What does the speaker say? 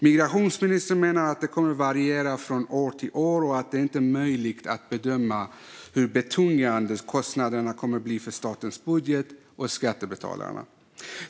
Migrationsministern menar att det kommer att variera från år till år och att det inte är möjligt att bedöma hur betungande kostnaderna kommer att bli för statens budget och skattebetalarna.